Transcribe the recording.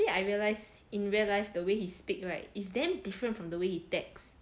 actually I realise in real life the way he speak right is damn different from the way he text